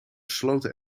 sloten